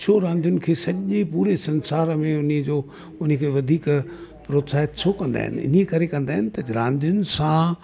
छो रांधियुनि खे सॼे पूरे संसार में उन जो उनी खे वधीक प्रोत्साहित छो कंदा आहिनि इनी करे कंदा आहिनि त रांधयुनि सां